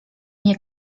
nie